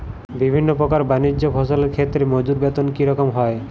বিভিন্ন প্রকার বানিজ্য ফসলের ক্ষেত্রে মজুর বেতন কী রকম হয়?